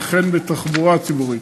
וכן בתחבורה ציבורית.